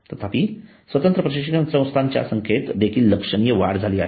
तथापि स्वतंत्र प्रशिक्षण संस्थांच्या संख्येत देखील लक्षणीय वाढ झाली आहे